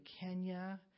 Kenya